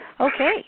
Okay